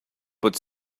but